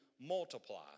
multiply